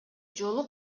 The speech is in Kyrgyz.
жолу